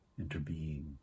interbeing